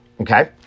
Okay